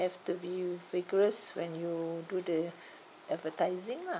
have to be vigorous when you do the advertising lah